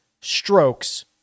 strokes